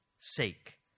sake